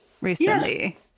recently